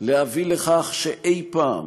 להביא לכך שאי פעם